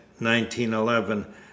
1911